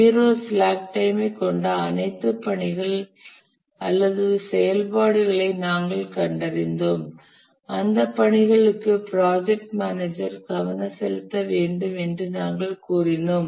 0 slack time க் கொண்ட அனைத்து பணிகள் அல்லது செயல்பாடுகளை நாங்கள் கண்டறிந்தோம் அந்த பணிகளுக்கு ப்ராஜக்ட் மேனேஜர் கவனம் செலுத்த வேண்டும் என்று நாங்கள் கூறினோம்